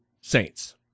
Saints